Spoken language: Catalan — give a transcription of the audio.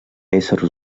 éssers